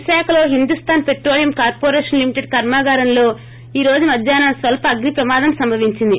విశాఖలో Hindustan petroleum corporation limited కర్మాగారంలో ఈ రోజు మధ్యాహ్నం స్వల్స అగ్ని ప్రమాదం సంభవించింది